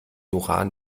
uran